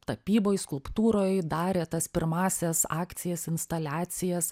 tapyboj skulptūroj darė tas pirmąsias akcijas instaliacijas